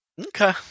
Okay